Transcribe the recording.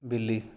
ਬਿੱਲੀ